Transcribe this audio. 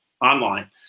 online